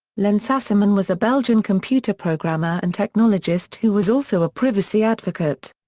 len sassaman was a belgian computer programmer and technologist who was also a privacy advocate.